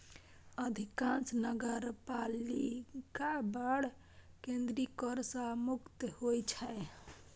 अधिकांश नगरपालिका बांड केंद्रीय कर सं मुक्त होइ छै